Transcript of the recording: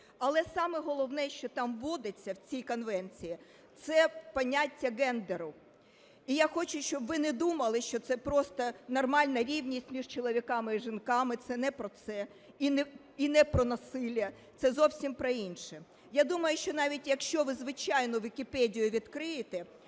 Але саме головне, що там вводиться, в цій конвенції, це поняття гендеру. І я хочу, щоб ви не думали, що це просто нормальна рівність між чоловіками і жінками. Це не про це, і не про насилля. Це зовсім про інше. Я думаю, що навіть якщо ви звичайну Вікіпедію відкриєте,